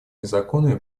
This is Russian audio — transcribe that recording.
незаконными